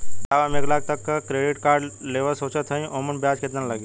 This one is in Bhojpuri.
साहब हम एक लाख तक क क्रेडिट कार्ड लेवल सोचत हई ओमन ब्याज कितना लागि?